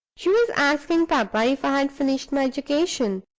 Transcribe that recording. she was asking papa if i had finished my education.